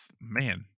man